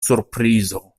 surprizo